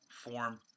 form